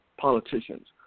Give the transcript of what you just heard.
politicians